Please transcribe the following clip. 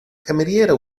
cameriera